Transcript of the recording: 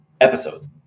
episodes